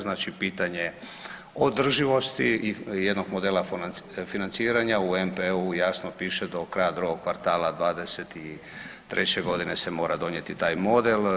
Znači pitanje održivosti i jednog modela financiranja u MPO-u jasno piše do kraja drugog kvartala 23. godine se mora donijeti taj model.